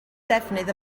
defnydd